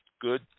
good